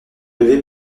élevé